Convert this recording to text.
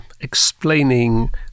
explaining